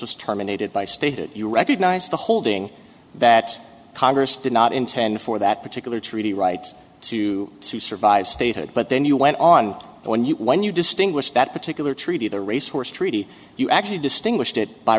was terminated by stated you recognize the holding that congress did not intend for that particular treaty rights to survive statehood but then you went on when you when you distinguished that particular treaty the racehorse treaty you actually distinguished it by